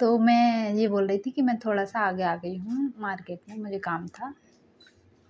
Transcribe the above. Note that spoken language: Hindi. तो मैं ये बोल रही थी कि मैं थोड़ा सा आगे आ गई हूँ मार्केट में मुझे काम था